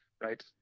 right